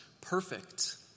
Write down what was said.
perfect